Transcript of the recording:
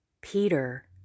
Peter